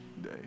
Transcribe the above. day